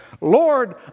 Lord